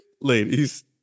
Ladies